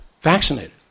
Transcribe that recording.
Vaccinated